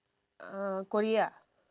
uh korea